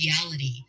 reality